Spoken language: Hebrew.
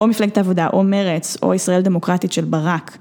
או מפלגת העבודה, או מרץ, או ישראל דמוקרטית של ברק.